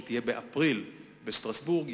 שתהיה באפריל בשטרסבורג,